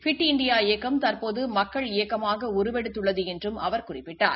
bit India இயக்கம் தற்போது மக்கள் இயக்கமாக உருவெடுத்துள்ளது என்றும் அவர் குறிப்பிட்டார்